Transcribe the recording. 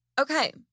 Okay